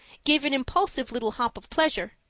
gave an impulsive little hop of pleasure.